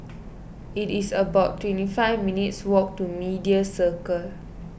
it is about twenty five minutes' walk to Media Circle